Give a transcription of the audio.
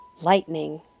lightning